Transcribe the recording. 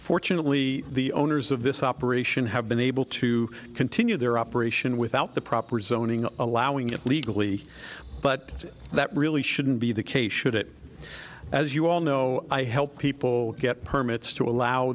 fortunately the owners of this operation have been able to continue their operation without the proper zoning allowing it legally but that really shouldn't be the case should it as you all know i help people get permits to allow